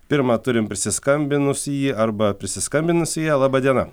pirmą turim prisiskambinusįjį arba prisiskambinusiąją laba diena